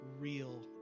real